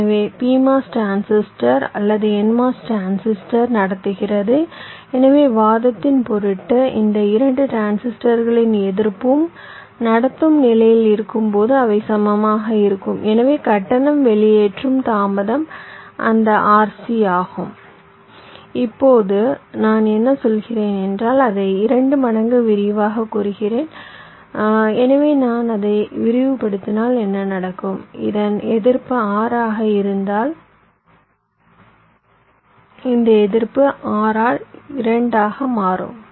எனவே PMOS transistor அல்லது NMOS transistor நடத்துகிறது எனவே வாதத்தின் பொருட்டு இந்த 2 டிரான்சிஸ்டர்களின் எதிர்ப்பும் நடத்தும் நிலையில் இருக்கும்போது அவை சமமாக இருக்கும் எனவே கட்டணம் வெளியேற்றும் தாமதம் அந்த RC ஆகும்